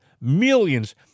millions